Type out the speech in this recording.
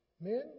Men